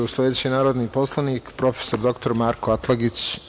Sledeći narodni poslanik, profesor dr Marko Atlagić.